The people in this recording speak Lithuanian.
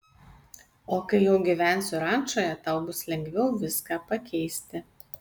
o kai jau gyvensiu rančoje tau bus lengviau viską pakeisti